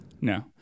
No